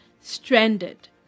stranded